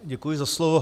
Děkuji za slovo.